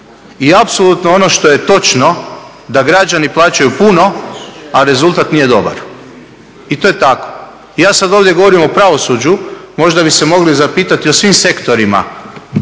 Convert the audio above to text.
I apsolutno ono što je točno da građani plaćaju puno, a rezultat nije dobar i to je tako. Ja sada ovdje govorim o pravosuđu, možda bi se mogli zapitati o svim sektorima